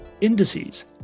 Indices